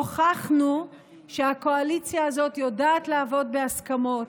הוכחנו שהקואליציה הזאת יודעת לעבוד בהסכמות,